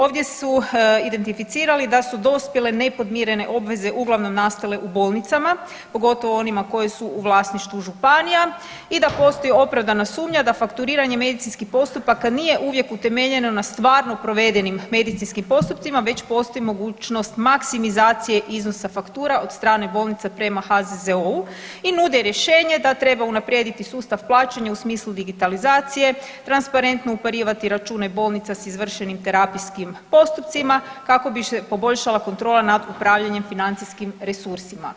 Ovdje su identificirali da su dospjele nepodmirene obveze uglavnom nastale u bolnicama pogotovo onima koje su u vlasništvu županija i da postoji opravdana sumnja da fakturiranje medicinskih postupaka nije uvijek utemeljeno na stvarno provedenim medicinskim postupcima već postoji mogućnost maksimizacije iznosa faktura od strane bolnica prema HZZO-u i nude rješenje da treba unaprijediti sustav plaćanja u smislu digitalizacije, transparentno uparivati račune bolnica sa izvršenim terapijskim postupcima kako bi se poboljšala kontrola nad upravljanjem financijskim resursima.